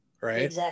Right